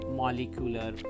molecular